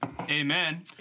Amen